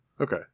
Okay